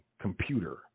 computer